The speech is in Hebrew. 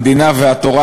המדינה והתורה,